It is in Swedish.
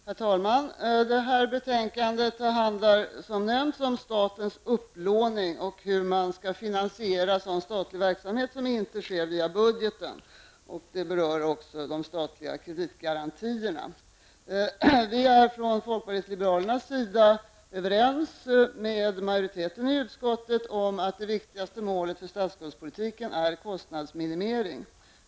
Herr talman! Detta betänkande handlar, som tidigare nämnts, om statens upplåning och hur man skall finansiera sådan statlig verksamhet som inte finansieras via budgeten, och det berör också de statliga kreditgarantierna. Folkpartiet liberalerna är överens med majoriteten i utskottet om att det viktigaste målet för statsskuldspolitiken är kostnadsminimering.